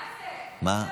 אדוני היושב-ראש, מה זה?